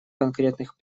конкретных